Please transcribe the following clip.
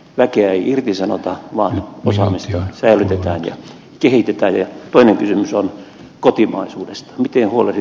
väkeä irtisanota vaan osaamisen revitään kehitetään ja toinen kysymys on kotimaisuudesta tihuoleti